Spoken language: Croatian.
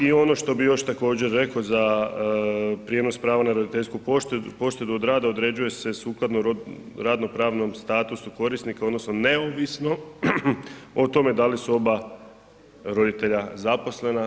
I ono što bi još također reko za prijenos prava na roditeljsku poštedu od rada određuje se sukladno radno-pravnom statusu korisnika odnosno neovisno o tome da li su oba roditelja zaposlena.